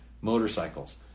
motorcycles